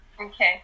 Okay